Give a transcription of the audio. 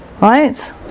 right